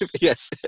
yes